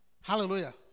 Hallelujah